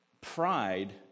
Pride